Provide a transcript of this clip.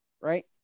Right